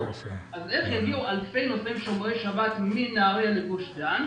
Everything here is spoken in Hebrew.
אז איך יגיעו אלפי נוסעים שומרי שבת מנהריה לגוש דן?